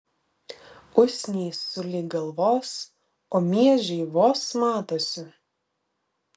usnys sulig galvos o miežiai vos matosi